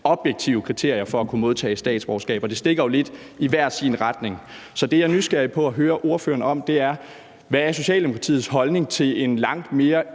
objektive kriterier for at kunne give statsborgerskab, og det stikker jo lidt i hver sin retning. Så det, jeg er nysgerrig efter at høre ordførerens mening om, er: Hvad er Socialdemokratiets holdning til en langt mere